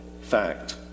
fact